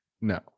No